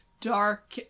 dark